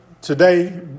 today